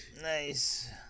nice